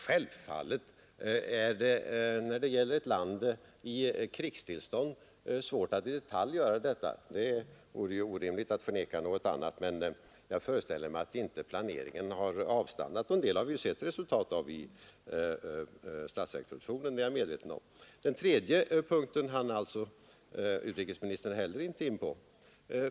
Självfallet är det när det gäller ett land i krigstillstånd svårt att i detalj genomföra en sådan planering — det vore orimligt att förneka det — men jag föreställer mig att den inte har avstannat, Jag är också medveten om att vi har sett en del resultat av den i statsverkspropositionen. Den tredje punkten hann utrikesministern alltså inte heller gå in på.